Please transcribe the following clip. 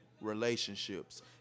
relationships